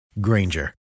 granger